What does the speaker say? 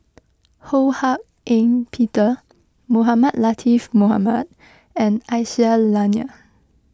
Ho Hak Ean Peter Mohamed Latiff Mohamed and Aisyah Lyana